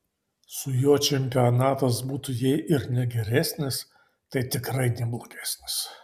su juo čempionatas būtų jei ir ne geresnis tai tikrai ne blogesnis